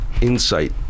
insight